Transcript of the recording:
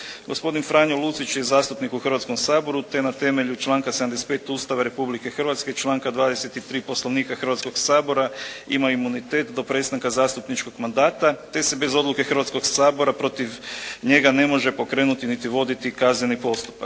Gospodin Franjo Lucić je zastupnik u Hrvatskom saboru te na temelju članka 75. Ustava Republike Hrvatske, članka 23. Poslovnika Hrvatskoga sabora ima imunitet do prestanka zastupničkog mandata te se bez odluke Hrvatskog sabora protiv njega ne može pokrenuti niti voditi kazneni postupak.